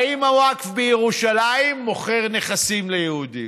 האם הווקף בירושלים מוכר נכסים ליהודים?